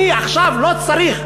אני עכשיו לא צריך.